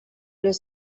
les